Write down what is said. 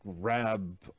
grab